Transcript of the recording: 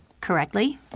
Correctly